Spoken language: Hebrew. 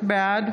בעד